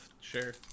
Sure